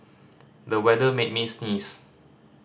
the weather made me sneeze